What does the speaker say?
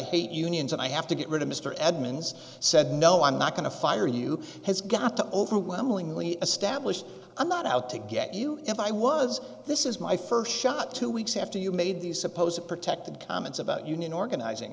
hate unions and i have to get rid of mr edmunds said no i'm not going to fire you has got to overwhelmingly establish i'm not out to get you if i was this is my first shot two weeks after you made these supposed to protect comments about union organizing